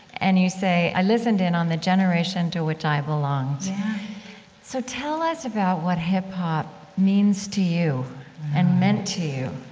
and you say, i listened in on the generation to which i belonged. yeah so tell us about what hip hop means to you and meant to